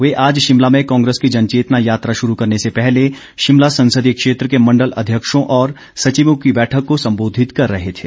वे आज शिमला में कांग्रेस की जनचेतना यात्रा शुरू करने से पहले शिमला संसदीय क्षेत्र के मंडल अध्यक्षों और सचिवों की बैठक को संबोधित कर रहे थे